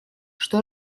что